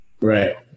Right